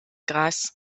grass